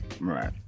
Right